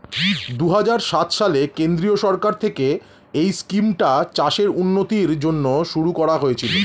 দুহাজার সাত সালে কেন্দ্রীয় সরকার থেকে এই স্কিমটা চাষের উন্নতির জন্য শুরু করা হয়েছিল